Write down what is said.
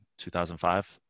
2005